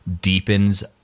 deepens